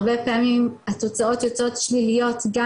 הרבה פעמים התוצאות יוצאות שליליות גם